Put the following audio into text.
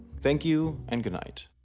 thank you and goodnight.